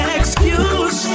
excuse